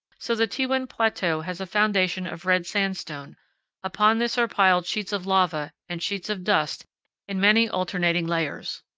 so the tewan plateau has a foundation of red sandstone upon this are piled sheets of lava and sheets of dust in many alternating layers.